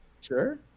Sure